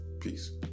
Peace